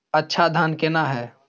अच्छा धान केना हैय?